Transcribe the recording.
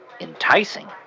Enticing